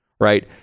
Right